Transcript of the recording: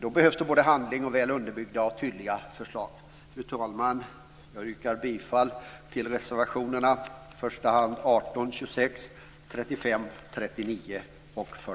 Då behövs det både handling och väl underbyggda, tydliga förslag. Fru talman! Jag yrkar bifall till reservationerna nr